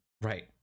Right